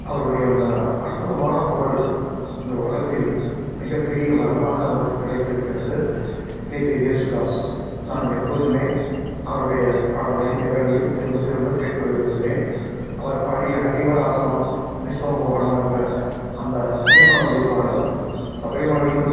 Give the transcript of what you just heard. அவருடைய அந்த அற்புதமான குரல் இந்த உலகத்தில் மிகப்பெரிய வரமாக அவருக்கு கிடைத்திருக்கிறது கேஜே யேசுதாஸ் நான் எப்போதும் அவருடைய பாடலை நேரலையில் திரும்ப திரும்ப கேட்க விரும்புகிறேன் அவர் பாடிய ஹரிவராசனம் விஸ்வமோகனம் என்ற அந்த பத்யமாவதி பாடல் சபரிமலையில்